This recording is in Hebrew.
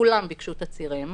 מכולם ביקשו תצהירים,